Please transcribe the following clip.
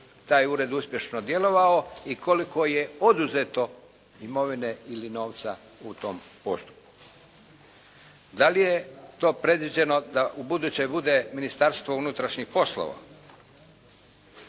taj ured uspješno djelovao i koliko je oduzeto imovine ili novca u tom postupku. Da li je to predviđeno da ubuduće bude Ministarstvo unutrašnjih poslova?